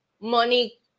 money